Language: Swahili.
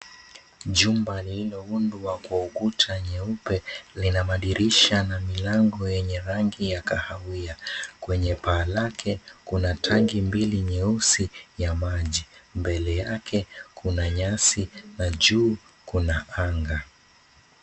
Jumba lililo undwa kwa ukuta nyeupe lina madirisha na 𝑚𝑖𝑙𝑎𝑛𝑔𝑜 𝑦𝑒𝑛𝑦𝑒 rangi ya 𝑘𝑎ℎ𝑎𝑤𝑖𝑎, kwenye paa lake kuna tangi mbili 𝑛𝑦𝑒𝑢𝑠𝑖 ya maji. 𝑀bele yake kuna nyasi na juu kuna anga.